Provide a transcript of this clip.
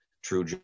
true